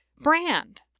brand